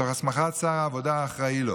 תוך הסמכת שר העבודה האחראי לו.